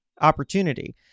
opportunity